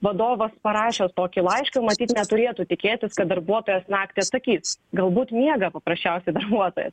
vadovas parašęs tokį laišką matyt neturėtų tikėtis kad darbuotojas naktį atsakys galbūt miega paprasčiausiai darbuotojas